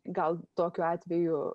gal tokiu atveju